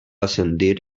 ascendir